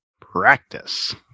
Practice